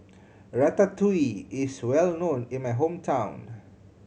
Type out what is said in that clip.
ratatouille is well known in my hometown